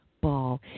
ball